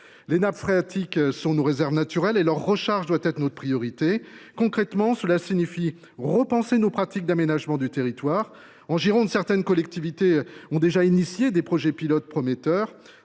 les nappes phréatiques sont nos réserves naturelles et leur recharge doit être notre priorité. Concrètement, cela signifie repenser nos pratiques d’aménagement du territoire. En Gironde, certaines collectivités ont déjà mis en place des projets pilotes prometteurs.